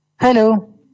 Hello